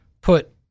put